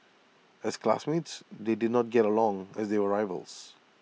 as classmates they did not get along as they were rivals